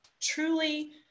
truly